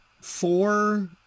four